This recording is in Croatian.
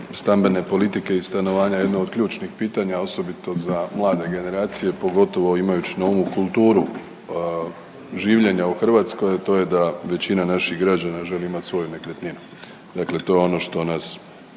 stambene politike i stanovanja jedno od ključnih pitanja, a osobito za mlade generacije, pogotovo imajuć na umu kulturu življenja u Hrvatskoj, a to je da većina naših građana želi imat svoju nekretninu, dakle to je ono što nas